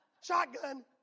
Shotgun